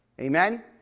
Amen